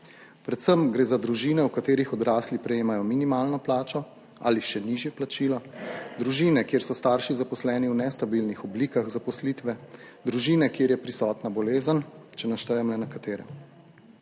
Predvsem gre za družine, v katerih odrasli prejemajo minimalno plačo ali še nižje plačilo; družine, kjer so starši zaposleni v nestabilnih oblikah zaposlitve; družine, kjer je prisotna bolezen, če naštejem le nekatere.